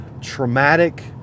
traumatic